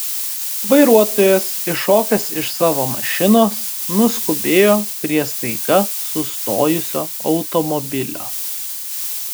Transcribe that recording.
vairuotojas iššokęs iš savo mašinos nuskubėjo prie staiga sustojusio automobilio